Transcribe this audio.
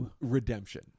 redemption